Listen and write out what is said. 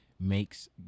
makes